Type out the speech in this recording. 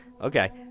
Okay